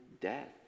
death